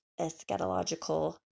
eschatological